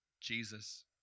Jesus